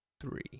three